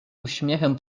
uśmiechem